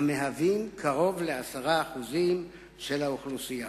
המהווים קרוב ל-10% מהאוכלוסייה.